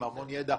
עם המון ידע.